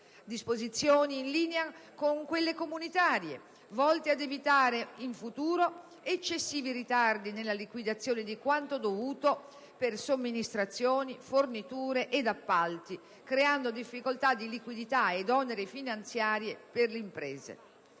Disposizioni in linea con quelle comunitarie, volte ad evitare in futuro eccessivi ritardi nella liquidazione di quanto dovuto per somministrazioni, forniture ed appalti, creando difficoltà di liquidità ed oneri finanziari per le imprese.